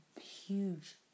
huge